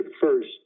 first